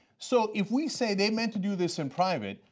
so if we say they meant to do this in private,